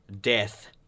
death